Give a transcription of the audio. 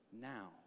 now